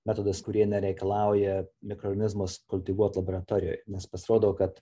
metodus kurie nereikalauja mikronizmus kultivuot laboratorijoj nes pasirodo kad